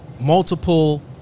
multiple